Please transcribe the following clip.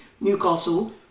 Newcastle